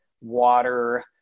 water